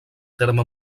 terme